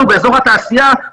עוד פעם,